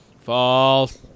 False